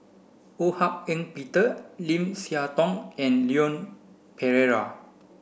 Ho Hak Ean Peter Lim Siah Tong and Leon Perera